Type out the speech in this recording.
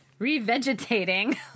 revegetating